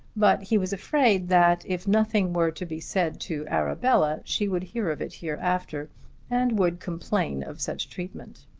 but he was afraid that if nothing were to be said to arabella she would hear of it hereafter and would complain of such treatment.